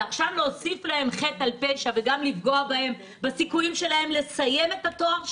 ועכשיו להוסיף חטא על פשע וגם לפגוע בסיכויים שלהם לסיים את התואר שלהם,